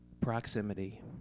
proximity